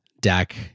deck